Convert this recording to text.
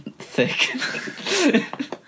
thick